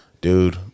dude